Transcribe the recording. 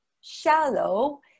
shallow